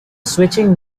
switching